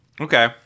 Okay